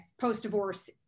post-divorce